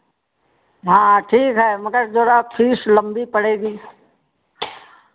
हाँ हाँ ठीक है मगर ज़रा फ़ीस लम्बी पड़ेगी